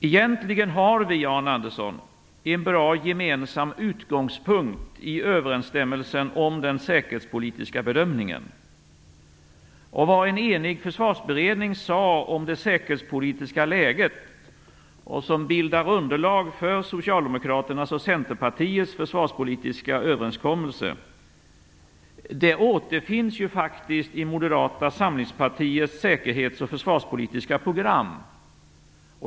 Egentligen har vi, Arne Andersson, en bra gemensam utgångspunkt i överensstämmelsen mellan våra säkerhetspolitiska bedömningar. Vad en enig försvarsberedning sade om det säkerhetspolitiska läget, vilket bildar underlag för Socialdemokraternas och Centerpartiets försvarspolitiska överenskommelse, återfinns faktiskt i Moderata samlingspartiets säkerhets och försvarspolitiska program.